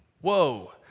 Whoa